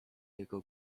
jego